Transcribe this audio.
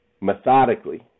methodically